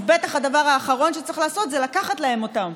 אז בטח הדבר האחרון שצריך לעשות זה לקחת להם אותן,